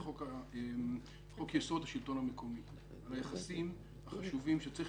מקובל עלינו כל פתרון תחשיבי שמוצע